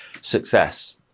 success